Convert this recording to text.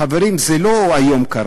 חברים, זה לא קרה היום.